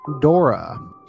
Dora